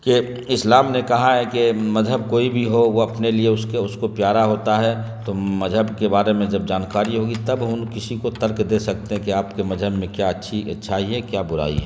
کہ اسلام نے کہا ہے کہ مذہب کوئی بھی ہو وہ اپنے لیے اس کے اس کو پیارا ہوتا ہے تو مذہب کے بارے میں جب جانکاری ہوگی تب کشی کو ترک دے سکتے ہیں کہ آپ کے مذہب میں کیا اچھی اچھائی ہے کیا برائی ہے